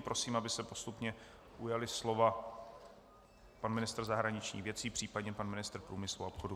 Prosím, aby se postupně ujali slova pan ministr zahraničních věcí, případně pan ministr průmyslu a obchodu.